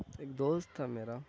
ایک دوست تھا میرا